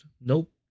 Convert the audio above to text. Nope